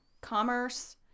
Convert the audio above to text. commerce